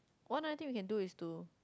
one of the thing we can do is to